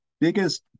biggest